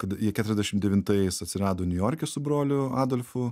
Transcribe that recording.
kad jie keturiasdešimt devintais atsirado niujorke su broliu adolfu